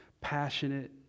passionate